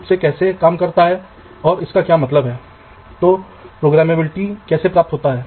यह आपका VDD connection होगा यह आपका जमीनी कनेक्शन होगा